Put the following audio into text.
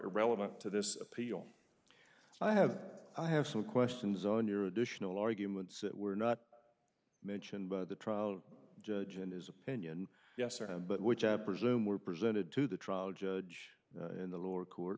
irrelevant to this appeal i have i have some questions on your additional arguments that were not mentioned by the trial judge and his opinion yes or no but which i presume were presented to the trial judge in the lower court